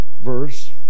verse